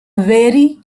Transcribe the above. very